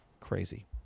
Crazy